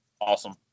awesome